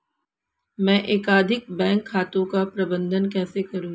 मैं एकाधिक बैंक खातों का प्रबंधन कैसे करूँ?